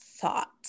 Thought